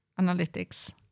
analytics